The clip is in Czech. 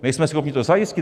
Nejsme schopni to zajistit?